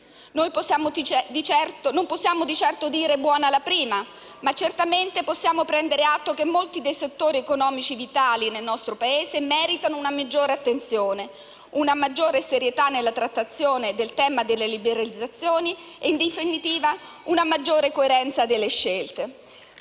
Non possiamo di certo dire buona la prima, ma certamente possiamo prendere atto che molti dei settori economici vitali nel nostro Paese meritano una maggiore attenzione e serietà nella trattazione del tema delle liberalizzazioni e, in definitiva, una maggiore coerenza delle scelte.